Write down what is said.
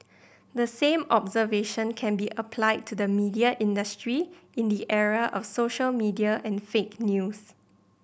the same observation can be applied to the media industry in the era of social media and fake news